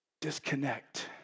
Disconnect